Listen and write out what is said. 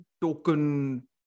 token